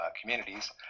communities